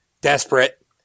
desperate